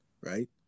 right